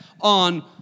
on